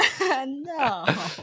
No